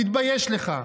תתבייש לך.